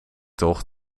toch